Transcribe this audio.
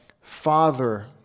Father